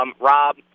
Rob